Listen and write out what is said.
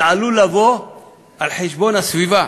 וזה עלול לבוא על חשבון הסביבה.